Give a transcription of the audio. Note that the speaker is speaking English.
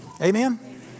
Amen